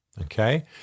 Okay